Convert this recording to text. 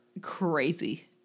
crazy